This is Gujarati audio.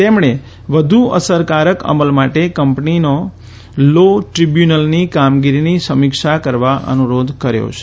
તેમણે વધુ અસરકારક અમલ માટે કંપની લો ટ્રીબ્યુનલની કામગીરીની સમીક્ષા કરવા અનુરોધ કર્યો છે